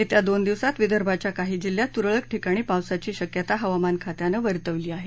येत्या दोन दिवसात विदर्भाच्या काही जिल्ह्यात तूरळक ठिकाणी पावसाची शक्यता हवामान खात्यानं वर्तवली आहे